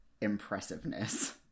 impressiveness